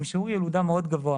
מעקב זקיקים כן.